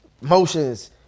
motions